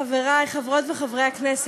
חברי חברות וחברי הכנסת,